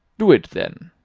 do it, then.